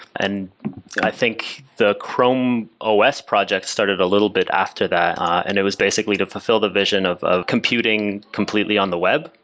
and i think the chrome ah os project started a little bit after that and it was basically to fulfill the vision of of computing completely on the web.